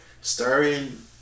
starring